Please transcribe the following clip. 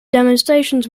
demonstrations